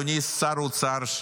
אדוני שר האוצר,